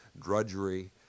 drudgery